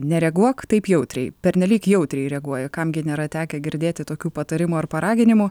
nereaguok taip jautriai pernelyg jautriai reaguoja kam gi nėra tekę girdėti tokių patarimų ar paraginimų